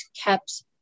kept